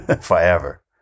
forever